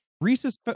Reese's